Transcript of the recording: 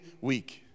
week